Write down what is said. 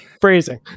phrasing